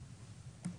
בעד.